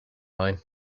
mine